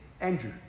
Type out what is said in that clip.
Andrew